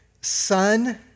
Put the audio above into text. son